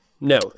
No